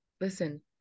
listen